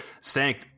sank